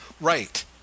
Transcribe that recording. Right